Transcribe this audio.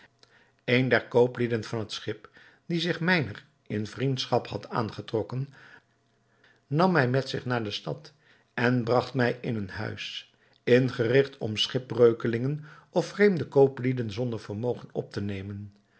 een der kooplieden van het schip die zich mijner in vriendschap had aangetrokken nam mij met zich naar de stad en bragt mij in een huis ingerigt om schipbreukelingen of vreemde kooplieden zonder vermogen op te nemen